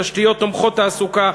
תשתיות תומכות תעסוקה,